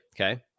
Okay